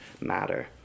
matter